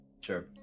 Sure